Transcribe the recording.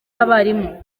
abarimu